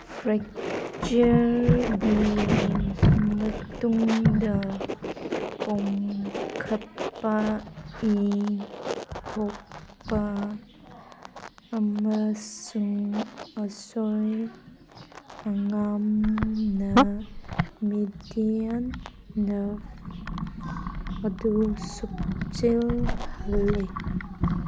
ꯐ꯭ꯔꯦꯛꯆꯔꯒꯤ ꯃꯇꯨꯡꯗ ꯄꯣꯝꯈꯠꯄ ꯏ ꯊꯣꯛꯄ ꯑꯃꯁꯨꯡ ꯑꯁꯣꯏ ꯑꯉꯥꯝꯅ ꯃꯤꯗꯤꯌꯥꯟ ꯅꯞ ꯑꯗꯨ ꯁꯨꯞꯆꯤꯜꯍꯜꯂꯤ